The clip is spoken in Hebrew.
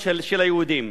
היהודים: